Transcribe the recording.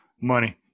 money